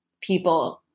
people